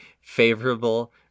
favorable